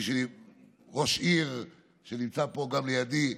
ראש עיר נמצא פה לידי,